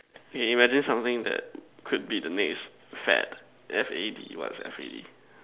okay imagine something that could be the next fad F_A_D what's F_A_D